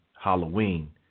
halloween